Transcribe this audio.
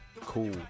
cool